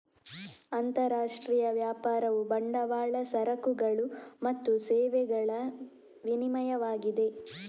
ಅಂತರರಾಷ್ಟ್ರೀಯ ವ್ಯಾಪಾರವು ಬಂಡವಾಳ, ಸರಕುಗಳು ಮತ್ತು ಸೇವೆಗಳ ವಿನಿಮಯವಾಗಿದೆ